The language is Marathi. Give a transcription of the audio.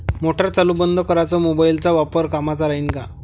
मोटार चालू बंद कराच मोबाईलचा वापर कामाचा राहीन का?